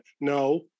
no